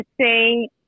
say